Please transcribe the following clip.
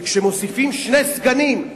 וכשמוסיפים שני סגנים,